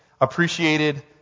appreciated